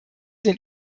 den